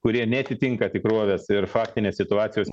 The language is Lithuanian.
kurie neatitinka tikrovės ir faktinės situacijos